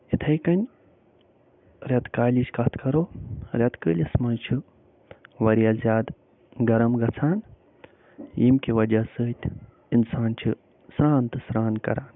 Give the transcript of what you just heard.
یِتھَے کٔنۍ رٮ۪تہٕ کالِچ کتھ کَرو رٮ۪تہٕ کٲلِس منٛز چھُ وارِیاہ زیادٕ گرم گَژھان ییٚمہِ کہِ وَجہ سۭتۍ اِنسان چھُ سرٛان تہٕ سرٛان کَران